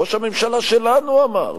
ראש הממשלה שלנו אמר,